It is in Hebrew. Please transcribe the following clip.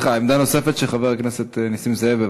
עמדה נוספת של חבר הכנסת נסים זאב.